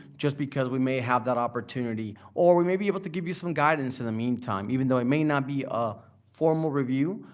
just because we may have that opportunity. or we may be able to give you some guidance in the meantime. even thought it may not be a formal review,